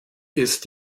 ist